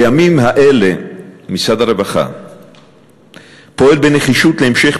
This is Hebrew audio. בימים האלה משרד הרווחה פועל בנחישות להמשך